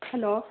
hello